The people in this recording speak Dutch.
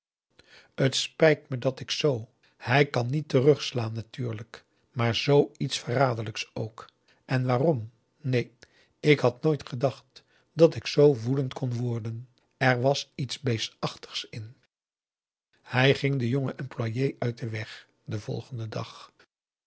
t spijt me dat ik zo hij kan niet terugslaan natuurlijk maar zoo iets verraderlijks ook en augusta de wit orpheus in de dessa waarm neen ik had nooit gedacht dat ik zoo woedend kon worden er was iets beestachtigs in hij ging den jongen employé uit den weg den volgenden dag